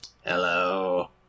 Hello